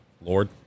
Lord